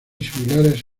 similares